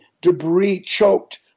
debris-choked